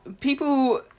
People